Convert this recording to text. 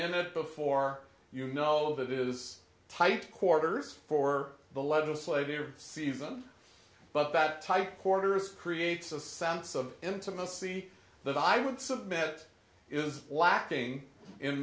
in it before you know that is tight quarters for the legislative season but that type quarters creates a sense of intimacy that i would submit is lacking in